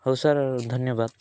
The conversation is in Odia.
ହଉ ସାର୍ ଧନ୍ୟବାଦ